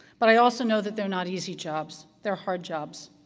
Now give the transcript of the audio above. but i also know that they're not easy jobs. they're hard jobs.